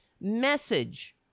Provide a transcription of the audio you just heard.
message